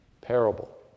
parable